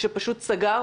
שפשוט סגר.